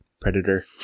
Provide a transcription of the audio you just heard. Predator